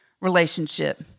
relationship